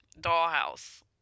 dollhouse